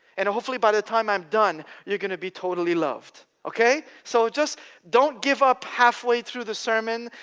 and hopefully by the time i'm done you're gonna be totally loved. okay? so just don't give up halfway through the sermon,